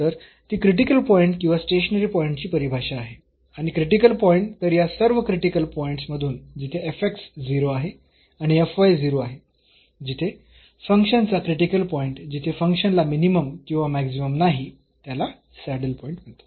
तर ती critical point किंवा स्टेशनरी पॉईंटची परिभाषा आहे आणि क्रिटिकल पॉईंट तर या सर्व क्रिटिकल पॉईंट्स मधून जिथे 0 आहे आणि 0 आहे जिथे फंक्शनचा क्रिटिकल पॉईंट जिथे फंक्शनला मिनिमम किंवा मॅक्सिमम नाही त्याला सॅडल पॉईंट म्हणतात